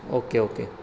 okay okay